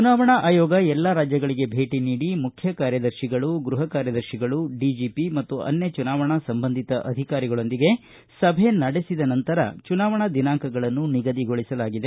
ಚುನಾವಣೆ ಆಯೋಗ ಎಲ್ಲಾ ರಾಜ್ಯಗಳಗೆ ಭೇಟಿ ನೀಡಿ ಮುಖ್ಯಕಾರ್ಯದರ್ತಿಗಳು ಗೃಪ ಕಾರ್ಯದರ್ತಿಗಳು ಡಿಜಿಪಿ ಮತ್ತು ಅನ್ನ ಚುನಾವಣಾ ಸಂಬಂಧಿತ ಅಧಿಕಾರಿಗಳೊಂದಿಗೆ ಸಭೆ ನಡೆಸಿದ ನಂತರ ಚುನಾವಣಾ ದಿನಾಂಕಗಳನ್ನು ನಿಗದಿಗೊಳಿಸಲಾಗಿದೆ